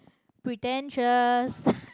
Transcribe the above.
pretentious